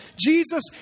Jesus